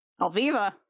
Alviva